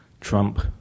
Trump